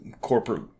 corporate